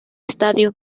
estadio